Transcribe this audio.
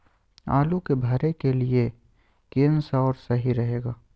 आलू के भरे के लिए केन सा और सही रहेगा?